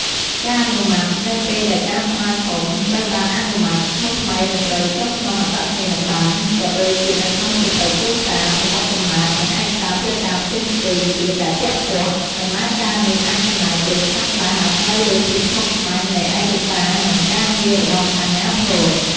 ការអនុម័ត នៅពេលដែលការស្នើសុំត្រូវបានអនុម័ត ឈ្មោះថ្មីនឹងត្រូវចុះក្នុងអត្តសញ្ញាណប័ណ្ណ ក៏ដូចជានៅក្នុងសៀវភៅគ្រួសារ សំបុត្រកំណើត និងឯកសារផ្លូវការផ្សេងៗទៀតដែលពាក់ព័ន្ធ ដំណើរការនេះអាចចំណាយពេលខ្លះៗ អាស្រ័យលើភាពស្មុគស្មាញនៃឯកសារនិងការងាររបស់អាជ្ញាធរ។